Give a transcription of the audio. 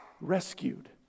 rescued